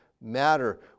matter